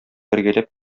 бергәләп